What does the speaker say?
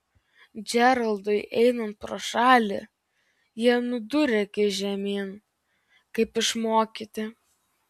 džeraldui einant pro šalį jie nudūrė akis žemyn kaip išmokyti